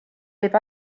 võib